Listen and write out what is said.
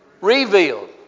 revealed